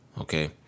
okay